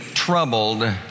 Troubled